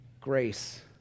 grace